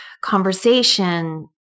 conversation